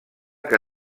que